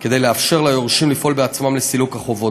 כדי לאפשר ליורשים לפעול בעצמם לסילוק החובות.